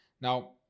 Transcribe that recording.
Now